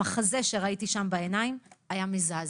המחזה שראיתי שם בעיניים היה מזעזע.